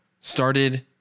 started